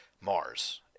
Mars